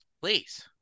Please